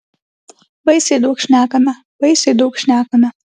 baisiai daug šnekame baisiai daug šnekame